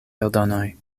eldonoj